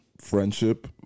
friendship